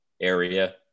area